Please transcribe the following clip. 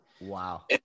Wow